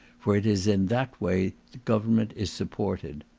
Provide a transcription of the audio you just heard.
for it is in that way government is supported.